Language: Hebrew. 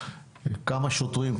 כמה שוטרים,